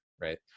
Right